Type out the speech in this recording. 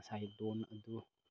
ꯉꯁꯥꯏ ꯂꯣꯟ ꯑꯗꯨ